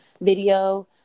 video